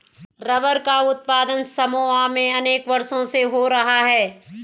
rubber का उत्पादन Samoa में अनेक वर्षों से हो रहा है